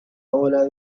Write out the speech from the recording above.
hora